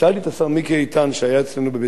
שאלתי את השר מיקי איתן, כשהיה אצלנו בבית-אל,